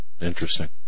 Interesting